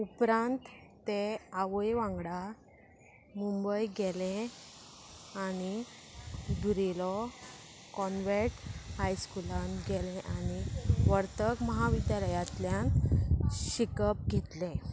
उपरांत तें आवय वांगडा मुंबय गेलें आनी दुरिलो कॉनवॅट हायस्कुलान गेलें आनी वर्तक महाविद्यालयांतल्यान शिकप घेतलें